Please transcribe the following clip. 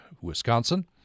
Wisconsin